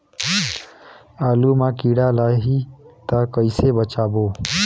आलू मां कीड़ा लाही ता कइसे बचाबो?